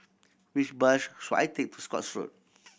which bus should I take to Scotts Road